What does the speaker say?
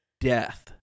death